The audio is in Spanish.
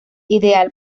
ideal